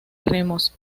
remos